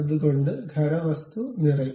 അതുകൊണ്ട് ഖര വസ്തു നിറയും